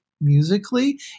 musically